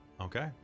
Okay